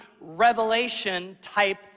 revelation-type